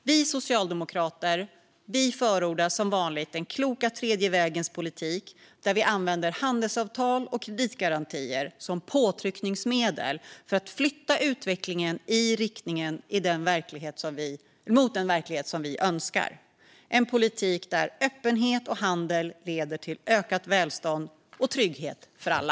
Vi socialdemokrater förordar som vanligt den kloka tredje vägens politik, där vi använder handelsavtal och kreditgarantier som påtryckningsmedel för att flytta utvecklingen i riktning mot den verklighet vi önskar. Det är en politik där öppenhet och handel leder till ökat välstånd och trygghet för alla.